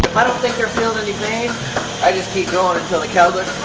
i don't think they're feeling any pain, i just keep going until the cows